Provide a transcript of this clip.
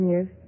Yes